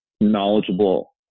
knowledgeable